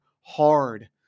hard